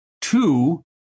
two